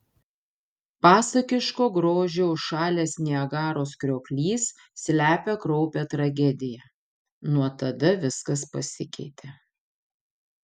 pasakiško grožio užšalęs niagaros krioklys slepia kraupią tragediją nuo tada viskas pasikeitė